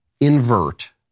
invert